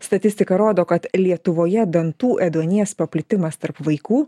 statistika rodo kad lietuvoje dantų ėduonies paplitimas tarp vaikų